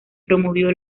promovió